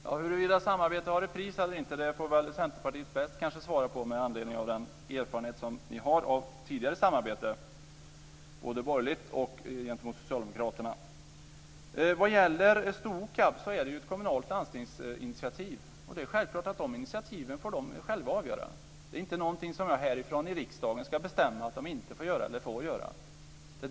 Fru talman! Frågan om samarbete har ett pris eller inte kanske Centerpartiet bäst kan svara på med anledning av den erfarenhet som ni har av tidigare samarbete, både borgerligt och gentemot socialdemokraterna. När det gäller Stokab är det ett kommunalt initiativ och ett landstingsinitiativ. Det är självklart att de själva får avgöra om de ska ta sådana initiativ. Det är inte någonting som jag härifrån riksdagen ska bestämma att de inte får göra eller får göra.